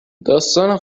داستان